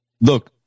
Look